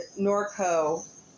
Norco